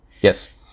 Yes